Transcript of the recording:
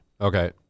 Okay